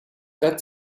that